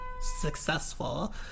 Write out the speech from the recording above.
successful